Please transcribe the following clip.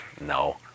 No